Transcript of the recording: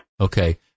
Okay